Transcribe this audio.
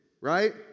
Right